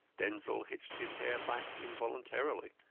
denzil hitched his chair back involuntarily.